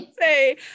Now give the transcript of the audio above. say